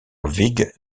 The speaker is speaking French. whig